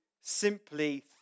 simply